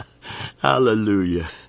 Hallelujah